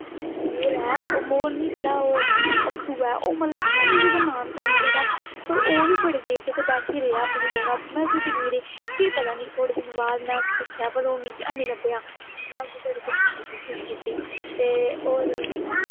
मोर ऐ मोर नेईं जेहड़ा ओह् पक्खरु ऐ ओह् मतलब कि ओह मिगी ओहदा ते नेईं पता पर ओह् बी बड़ी देर तकर बैठी रेहा अपनी जगह में उसी दिक्खदी रेही फिर पता नेईं थोहड़ी दिन बाद में उसी दिक्खेआ पर ओह् मिगी हे नी लब्भेआ में उसी बड़ा तुप्पने दी कोशिश कीती ते और